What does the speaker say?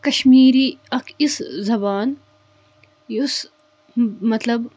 کَشمیٖرِی اَکھ یِژھ زَبان یُس مَطلَب